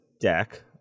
deck